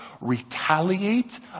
Retaliate